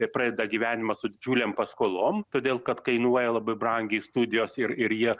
i pradeda gyvenimą su didžiulėm paskolom todėl kad kainuoja labai brangiai studijos ir ir jie